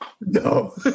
No